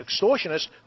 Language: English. extortionists